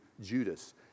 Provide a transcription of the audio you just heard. Judas